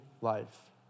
life